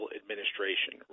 administration